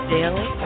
Daily